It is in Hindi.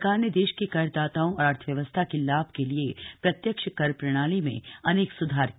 सरकार ने देश के करदाताओं और अर्थव्यवस्था के लाभ के लिए प्रत्यक्ष कर प्रणाली में अनेक सुधार किए हैं